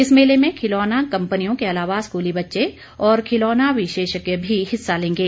इस मेले में खिलौना कम्पनियों के अलावा स्कूली बच्चे और खिलौना विशेषज्ञ भी हिस्सा लेंगे